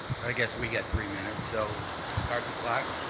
but i guess we get three minutes, so you can start the clock.